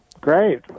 Great